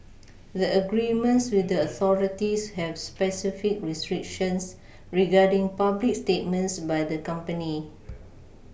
the agreements with the authorities have specific restrictions regarding public statements by the company